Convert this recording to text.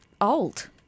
old